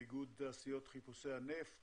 איגוד תעשיות חיפושי הנפט